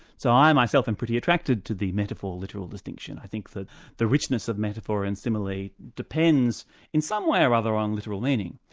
so i myself am pretty attracted to the metaphor literal distinction. i think that the richness of metaphor and simile depends in some way or other on literal meaning,